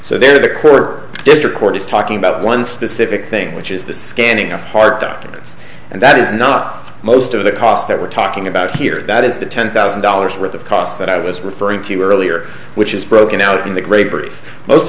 so there the court district court is talking about one specific thing which is the scanning of hard documents and that is not most of the cost that we're talking about here that is the ten thousand dollars worth of costs that i was referring to earlier which is broken out in the